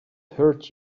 hurt